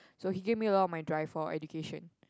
so he give me a lot of my drive for education